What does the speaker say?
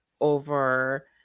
over